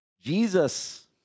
jesus